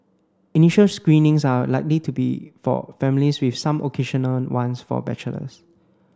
initial screenings are likely to be for families with some occasional ones for bachelors